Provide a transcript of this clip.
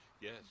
yes